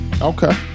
okay